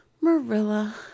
Marilla